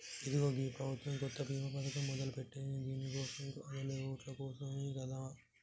ఇదిగో గీ ప్రభుత్వం కొత్త బీమా పథకం మొదలెట్టింది దీని కోసం కాదులే ఓట్ల కోసమే కదా